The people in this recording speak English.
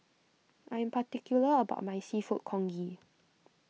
I am particular about my Seafood Congee